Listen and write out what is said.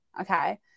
Okay